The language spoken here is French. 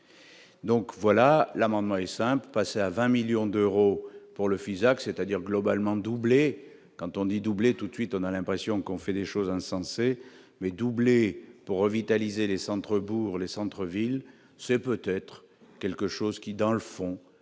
donc voilà l'amendement est sympa, passer à 20 millions d'euros pour le Fisac c'est-à-dire globalement doublé quand on dit doublé tout de suite, on a l'impression qu'on fait des choses insensées mais doublé pour revitaliser les centres bourgs les centres-villes, c'est peut-être quelque chose qui dans le fond,